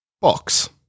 box